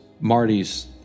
Marty's